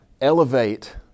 elevate